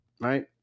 right